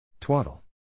Twaddle